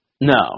No